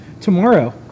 Tomorrow